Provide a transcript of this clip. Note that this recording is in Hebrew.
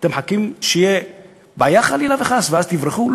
אתם מחכים שתהיה בעיה חלילה וחס ואז תברחו?